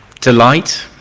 delight